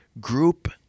group